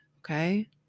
okay